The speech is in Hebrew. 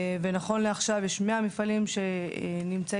ונכון לעכשיו יש 100 מפעלים שנמצאים,